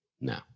no